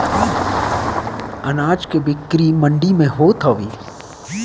अनाज के बिक्री मंडी में होत हवे